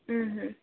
ହୁଁ ହୁଁ